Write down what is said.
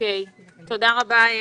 תודה רבה.